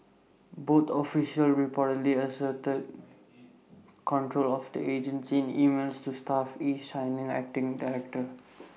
both officials reportedly asserted control of the agency in emails to staff each signing as acting director